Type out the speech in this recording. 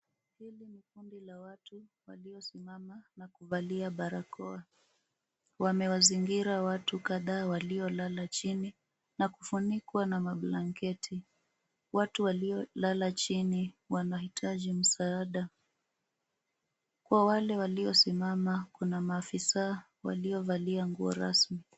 Hili ni kundi la watu waliosimama na kuvalia barakoa. Wamewazingira watu kadhaa waliolala chini na kufunikwa na mablanketi. Watu waliolala chini wanaihitaji msaada. Kwa wale waliosimama kuna maafisa waliovalia nguo rasmi.